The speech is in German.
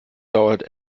dauert